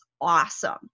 awesome